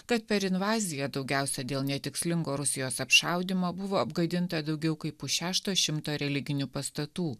kad per invaziją daugiausia dėl netikslingo rusijos apšaudymo buvo apgadinta daugiau kaip pusšešto šimto religinių pastatų